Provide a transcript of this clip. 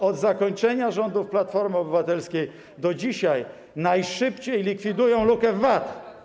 Ooo... ...od zakończenia rządów Platformy Obywatelskiej do dzisiaj najszybciej likwidują lukę w VAT.